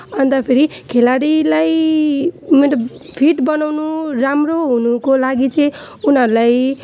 अन्त फेरि खेलाडीलाई मतलब फिट बनाउनु राम्रो हुनुको लागि चाहिँ उनीहरूलाई